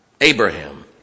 Abraham